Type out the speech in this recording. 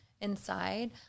inside